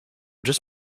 just